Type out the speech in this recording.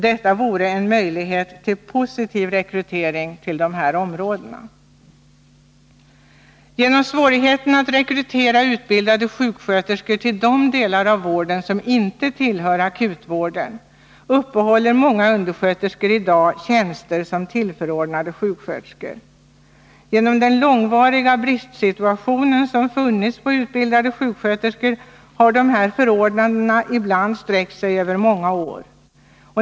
Det vore en möjlighet till positiv rekrytering till dessa områden. På grund av svårigheten att rekrytera utbildade sjuksköterskor till de delar av vården som inte tillhör akutvården uppehåller många undersköterskor i dag tjänster som tillförordnade sjuksköterskor. Genom den långvariga bristen på utbildade sjuksköterskor har dessa förordnanden ibland sträckt sig över många år.